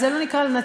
אז זה לא נקרא לנצח,